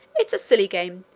it's a silly game,